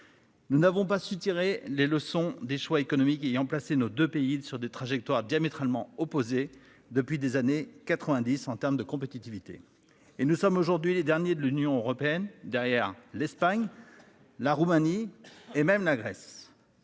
Nous n'avons pas su tirer les leçons des choix économiques ayant placé nos deux pays sur des trajectoires diamétralement opposées. Depuis des années 90 en terme de compétitivité et nous sommes aujourd'hui les derniers de l'Union européenne derrière l'Espagne. La Roumanie et même la Grèce.